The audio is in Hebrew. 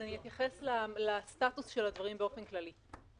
אתייחס לסטטוס של הדברים באופן כללי.